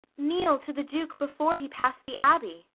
kneel to the duke before he pass the abbey.